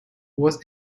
was